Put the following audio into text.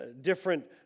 different